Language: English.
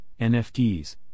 NFTs